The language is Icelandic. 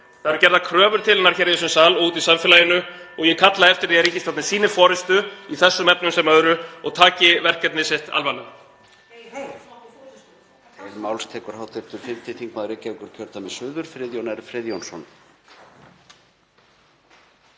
það eru gerðar kröfur til hennar hér í þessum sal og úti í samfélaginu. Ég kalla eftir því að ríkisstjórnin sýni forystu í þessum efnum sem öðrum og taki verkefni sitt alvarlega.